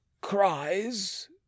cries